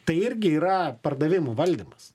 tai irgi yra pardavimų valdymas